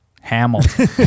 Hamilton